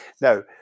Now